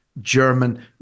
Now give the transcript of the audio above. german